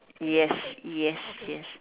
yes yes yes